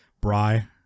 bry